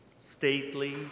Stately